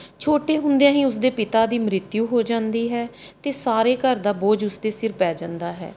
ਛੋਟੇ ਹੁੰਦਿਆਂ ਹੀ ਉਸ ਦੇ ਪਿਤਾ ਦੀ ਮ੍ਰਿਤਿਊ ਹੋ ਜਾਂਦੀ ਹੈ ਅਤੇ ਸਾਰੇ ਘਰ ਦਾ ਬੋਝ ਉਸ ਦੇ ਸਿਰ ਪੈ ਜਾਂਦਾ ਹੈ